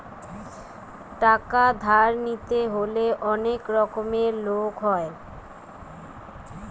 টাকা ধার নিতে হলে অনেক রকমের লোক হয়